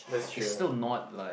is still not like